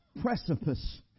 precipice